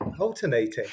Alternating